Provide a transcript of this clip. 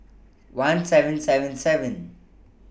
one seven seven seven